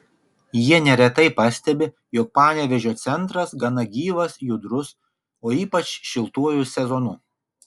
jie neretai pastebi jog panevėžio centras gana gyvas judrus o ypač šiltuoju sezonu